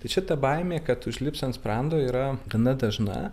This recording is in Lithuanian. kad šita baimė kad užlips ant sprando yra gana dažna